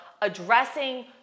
addressing